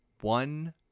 One